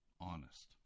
honest